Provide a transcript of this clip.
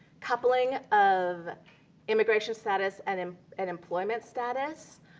coupling of immigration status and um and employment status,